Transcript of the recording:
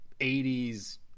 80s